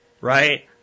right